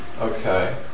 Okay